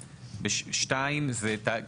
אחד זה תאגיד עזר,